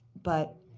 but